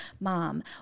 Mom